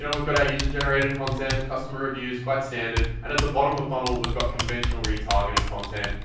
so we've got our user-generated content, customer reviews, quite standard. and at the bottom of funnel, we've got conventional retargeting content,